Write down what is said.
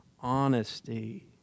honesty